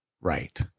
Right